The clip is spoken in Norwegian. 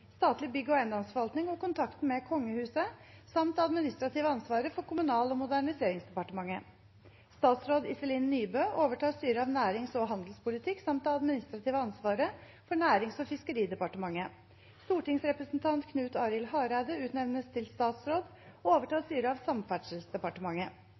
statlig bygg- og eiendomsforvaltning og kontakten med Kongehuset samt det administrative ansvaret for Kommunal- og moderniseringsdepartementet. Statsråd Iselin Nybø overtar styret av nærings- og handelspolitikk samt det administrative ansvaret for Nærings- og fiskeridepartementet. Stortingsrepresentant Knut Arild Hareide utnevnes til statsråd